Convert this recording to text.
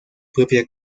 propia